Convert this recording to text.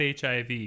HIV